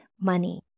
money